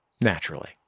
naturally